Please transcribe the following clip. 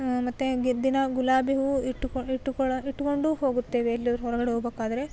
ಮತ್ತು ಗೆದ್ದಿನ ಗುಲಾಬಿ ಹೂ ಇಟ್ಟು ಇಟ್ಟು ಕೊಳ ಇಟ್ಕೊಂಡು ಹೋಗುತ್ತೇವೆ ಎಲ್ಲರೂ ಹೊರಗಡೆ ಹೋಗಬೇಕಾದ್ರೆ